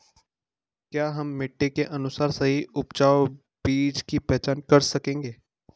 क्या हम मिट्टी के अनुसार सही उपजाऊ बीज की पहचान कर सकेंगे?